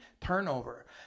turnover